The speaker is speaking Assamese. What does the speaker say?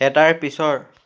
এটাৰ পিছৰ